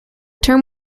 term